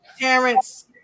parents